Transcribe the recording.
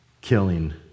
killing